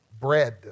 bread